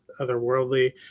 otherworldly